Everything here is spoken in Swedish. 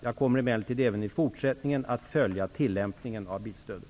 Jag kommer emellertid även i fortsättningen att följa tillämpningen av bilstödet.